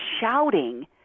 shouting